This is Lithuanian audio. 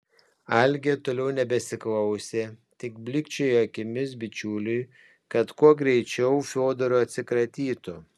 algė toliau nebesiklausė tik blykčiojo akimis bičiuliui kad kuo greičiau fiodoru atsikratytų